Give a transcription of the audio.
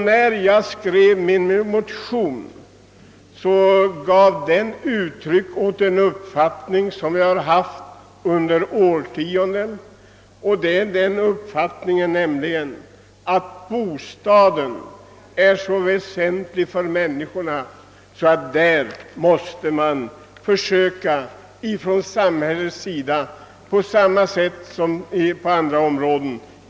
När jag skrev min motion gav jag därmed uttryck åt en principiell och praktisk uppfattning, som jag har haft under årtionden, nämligen den uppfattningen att bostaden är så väsentlig för människorna, att man därvidlag måste försöka gripa in ifrån samhällets sida på samma sätt som på andra områden.